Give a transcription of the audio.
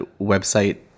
website